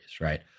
right